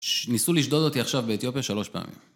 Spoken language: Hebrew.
ניסו לשדוד אותי עכשיו באתיופיה שלוש פעמים.